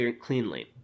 cleanly